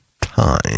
time